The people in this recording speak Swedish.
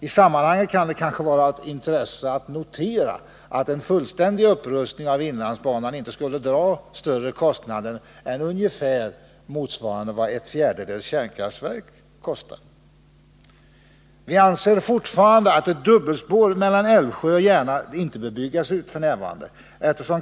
I sammanhanget kan det kanske vara av intresse att notera att en fullständig upprustning av inlandsbanan inte skulle kosta mer än ungefär ett fjärdedels kärnkraftverk. Vi anser fortfarande att ett dubbelspår mellan Älvsjö och Järna inte bör byggas ut f. n.